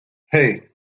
hey